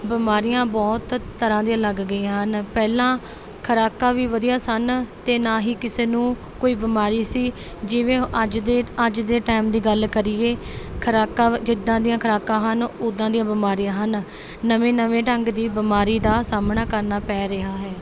ਬਿਮਾਰੀਆਂ ਬਹੁਤ ਤਰ੍ਹਾਂ ਦੀਆਂ ਲੱਗ ਗਈਆਂ ਹਨ ਪਹਿਲਾਂ ਖੁਰਾਕਾਂ ਵੀ ਵਧੀਆ ਸਨ ਅਤੇ ਨਾ ਹੀ ਕਿਸੇ ਨੂੰ ਕੋਈ ਬਿਮਾਰੀ ਸੀ ਜਿਵੇਂ ਅੱਜ ਦੇ ਅੱਜ ਦੇ ਟਾਈਮ ਦੀ ਗੱਲ ਕਰੀਏ ਖੁਰਾਕਾਂ ਜਿੱਦਾਂ ਦੀਆਂ ਖੁਰਾਕਾਂ ਹਨ ਉੱਦਾਂ ਦੀਆਂ ਬਿਮਾਰੀਆਂ ਹਨ ਨਵੇਂ ਨਵੇਂ ਢੰਗ ਦੀ ਬਿਮਾਰੀ ਦਾ ਸਾਹਮਣਾ ਕਰਨਾ ਪੈ ਰਿਹਾ ਹੈ